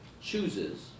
Chooses